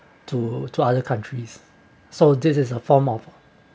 to to other countries so this is a form of